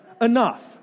Enough